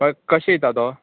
हय कशें दिता तो